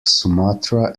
sumatra